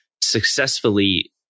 successfully